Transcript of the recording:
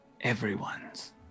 everyone's